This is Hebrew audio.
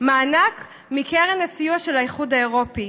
מענק מקרן הסיוע של האיחוד האירופי.